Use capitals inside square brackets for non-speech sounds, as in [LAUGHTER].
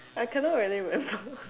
I cannot really remember [LAUGHS]